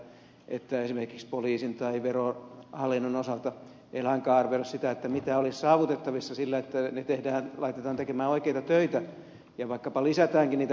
tämähän on johtanut siihen vääristymään että esimerkiksi poliisin tai verohallinnon osalta ei lainkaan arvioida sitä mitä olisi saavutettavissa sillä että laitamme ihmiset tekemään oikeita töitä ja vaikkapa lisätäänkin niitä virkamiehiä